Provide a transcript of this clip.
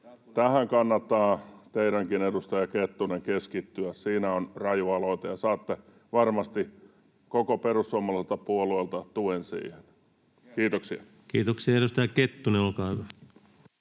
tähän kannattaa teidänkin, edustaja Kettunen, keskittyä. Siinä on raju aloite, ja saatte varmasti koko perussuomalaiselta puolueelta tuen siihen. — Kiitoksia. Kiitoksia. — Edustaja Kettunen, olkaa hyvä.